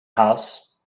house